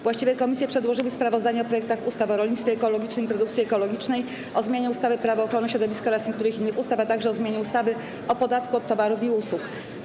Właściwe komisje przedłożyły sprawozdania o projektach ustaw: - o rolnictwie ekologicznym i produkcji ekologicznej, - o zmianie ustawy - Prawo ochrony środowiska oraz niektórych innych ustaw, - o zmianie ustawy o podatku od towarów i usług.